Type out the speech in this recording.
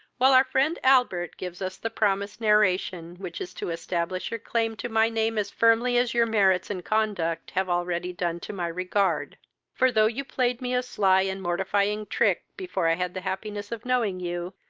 while our friend albert gives us the promised narration, which is to establish your claim to my name as firmly as your merits and conduct have already done to my regard for, though you played me a sly and mortifying trick before i had the happiness of knowing you,